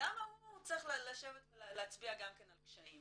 למה הוא צריך לשבת ולהצביע גם כן על קשיים.